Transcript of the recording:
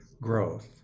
growth